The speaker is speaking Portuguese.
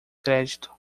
crédito